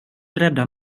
rädda